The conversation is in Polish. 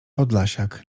podlasiak